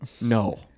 No